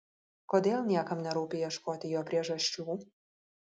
kodėl niekam nerūpi ieškoti jo priežasčių